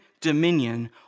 dominion